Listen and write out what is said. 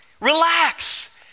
relax